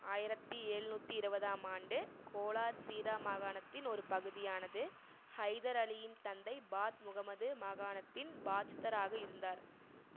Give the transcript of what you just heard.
ஆயிரத்தி எழ்நூத்தி இருபதாம் ஆண்டு கோலார் சீரா மாகாணத்தின் ஒரு பகுதியானது ஹைதர் அலியின் தந்தை ஃபாத் முகமது மாகாணத்தின் ஃபாஜ்தர் ஆக இருந்தார்